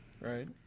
right